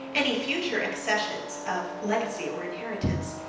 any future accessions of legacy or inheritance.